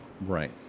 Right